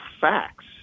facts